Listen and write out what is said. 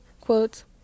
quotes